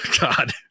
God